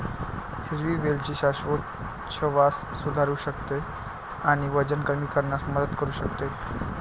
हिरवी वेलची श्वासोच्छवास सुधारू शकते आणि वजन कमी करण्यास मदत करू शकते